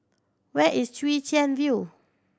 where is Chwee Chian View